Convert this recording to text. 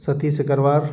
Satish Agarwal